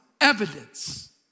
evidence